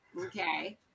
Okay